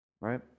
right